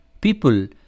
People